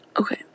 Okay